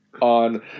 on